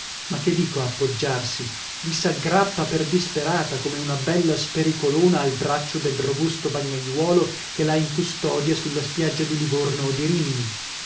ma che dico appoggiarsi vi s'aggrappa per disperata come una bella spericolona al braccio del robusto bagnaiuolo che l'ha in custodia sulla spiaggia di livorno o di rimini